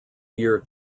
year